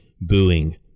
booing